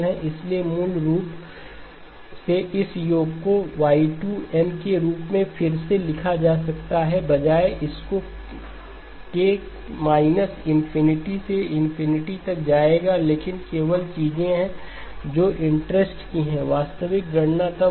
इसलिए मूल रूप से इस योग को Y2 n K−∞X2nhn−k के रूप में फिर से लिखा जा सकता है बजाय इसके कि केk माइनस इनफिनिटी से इनफिनिटी तक जाएगा लेकिन केवल चीजें हैं जो इंटरेस्ट की हैं वास्तविक गणना तब होगा जब k mL होगा